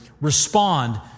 respond